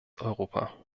europa